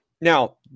Now